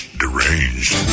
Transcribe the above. deranged